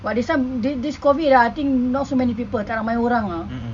but this time this COVID ah I think not so many people tak ramai orang lah